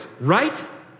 right